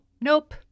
nope